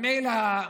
מילא,